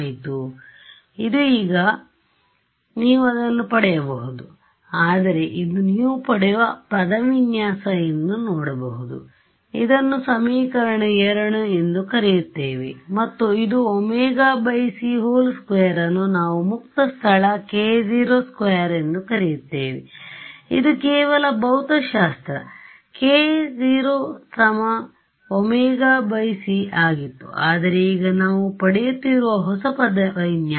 ಇದು ಈಗ ಆದ್ದರಿಂದ ನೀವು ಅದನ್ನು ಪಡೆಯಬಹುದು ಆದರೆ ಇದು ನೀವು ಪಡೆಯುವ ಪದವಿನ್ಯಾಸಎಂದು ನೋಡಬಹುದು ಇದನ್ನು ಸಮೀಕರಣ 2 ಎಂದು ಕರೆಯುತ್ತೇವೆ ಮತ್ತು ಇದು ωc2 ಅನ್ನು ನಾವು ಮುಕ್ತ ಸ್ಥಳ k0 ಸ್ಕ್ಯಾರ್ ಎಂದು ಕರೆಯುತ್ತೇವೆ ಇದು ಕೆಲವು ಭೌತಶಾಸ್ತ್ರ k0 ωc ಆಗಿತ್ತು ಆದರೆ ಈಗ ನಾವು ಪಡೆಯುತ್ತಿರುವ ಹೊಸ ಪದವಿನ್ಯಾಸ